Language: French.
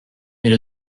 mais